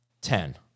Ten